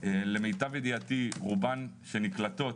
למיטב ידיעתי, רובן שנקלטות